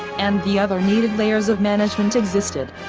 and the other needed layers of management existed.